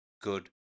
good